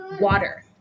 water